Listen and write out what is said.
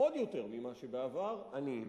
עוד יותר ממה שבעבר, עניים.